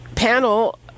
Panel